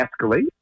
escalate